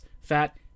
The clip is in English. fat